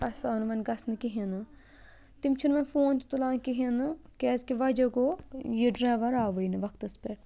اَسہِ آو نہٕ وۄنۍ گژھنہٕ کِہیٖنۍ نہٕ تِم چھِنہٕ وۄنۍ فون تہِ تُلان کِہیٖنۍ نہٕ کیٛازکہِ وَجہ گوٚو یہِ ڈرٛیوَر آوُے نہٕ وَقتَس پٮ۪ٹھ